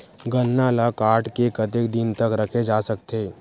गन्ना ल काट के कतेक दिन तक रखे जा सकथे?